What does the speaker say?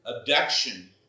abduction